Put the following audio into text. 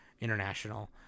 International